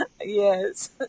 Yes